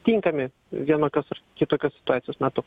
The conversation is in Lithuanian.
tinkami vienokios ar kitokios situacijos metu